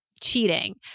cheating